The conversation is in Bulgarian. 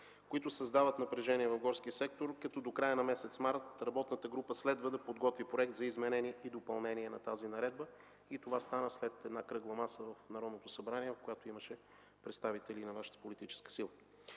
които създават напрежение в горския сектор. До края на месец март работната група следва да изготви проект за изменение и допълнение на тази наредба. Това стана след кръгла маса в Народното събрание, на която имаше представители и от Вашата политическа сила.